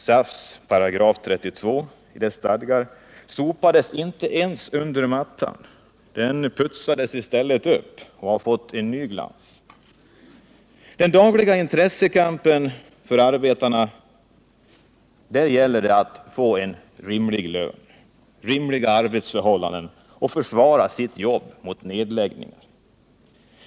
SAF:s § 32 sopades inte under mattan utan putsades i stället upp och har nu fått en ny glans. I arbetarnas dagliga intressekamp gäller det att få en rimlig lön, att få rimliga arbetsförhållanden och att kunna försvara sitt arbete mot nedläggning.